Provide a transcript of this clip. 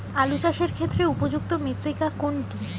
আলু চাষের ক্ষেত্রে উপযুক্ত মৃত্তিকা কোনটি?